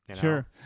Sure